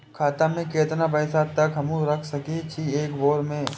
खाता में केतना पैसा तक हमू रख सकी छी एक बेर में?